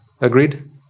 Agreed